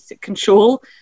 control